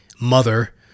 mother